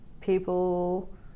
people